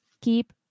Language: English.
keep